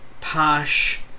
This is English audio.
posh